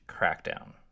crackdown